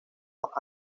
los